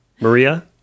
Maria